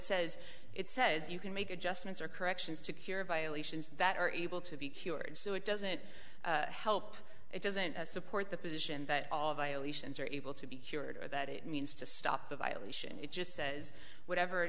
says it says you can make adjustments or corrections to cure violations that are able to be cured so it doesn't help it doesn't support the position that all violations are able to be cured or that it means to stop the violation it just says whatever